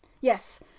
Yes